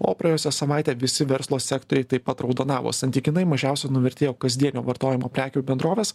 o praėjusią savaitę visi verslo sektoriai taip pat raudonavo santykinai mažiausia nuvertėjo kasdienio vartojimo prekių bendroves